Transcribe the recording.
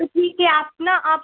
तो ठीक है आप न आप